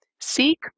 Seek